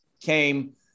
came